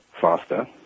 faster